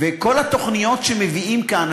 וכל התוכניות שמביאים לכאן,